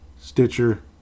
Stitcher